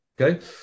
Okay